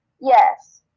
Yes